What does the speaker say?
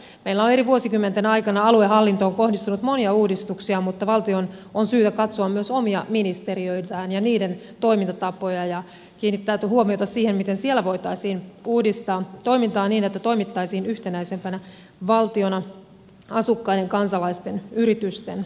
meillä on eri vuosikymmenten aikana aluehallintoon kohdistunut monia uudistuksia mutta valtion on syytä katsoa myös omia ministeriöitään ja niiden toimintatapoja ja kiinnittää huomiota siihen miten siellä voitaisiin uudistaa toimintaa niin että toimittaisiin yhtenäisempänä valtiona asukkaiden kansalaisten ja yritysten suuntaan